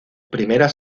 primeras